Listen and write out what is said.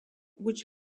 which